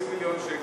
20 מיליון שקל.